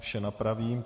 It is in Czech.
Vše napravím.